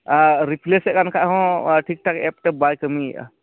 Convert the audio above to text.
ᱟᱨ replace ᱮᱫ ᱠᱷᱟᱱ ᱦᱚᱸ ᱴᱷᱤᱠ ᱴᱷᱟᱠ ᱮᱯᱴᱮᱵ ᱵᱟᱭ ᱠᱟᱹᱢᱤᱭᱮᱜᱼᱟ